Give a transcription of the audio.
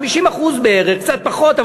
50% בערך קצת פחות,